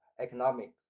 economics